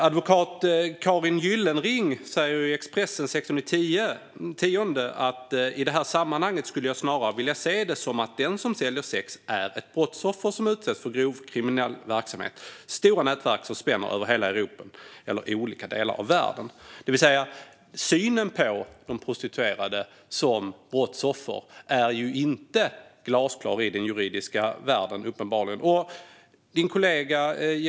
Advokaten Karin Gyllenring säger i Expressen den 16 oktober: "I det här sammanhanget skulle jag snarare vilja se det som att den som säljer sex . är ett brottsoffer som utsätts för grov kriminell verksamhet - stora nätverk som spänner över hela Europa eller olika delar av världen." Synen på de prostituerade som brottsoffer är uppenbarligen inte glasklar i den juridiska världen.